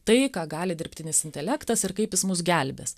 tai ką gali dirbtinis intelektas ir kaip jis mus gelbės